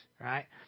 Right